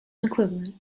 equivalent